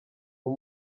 uyu